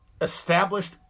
established